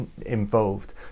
involved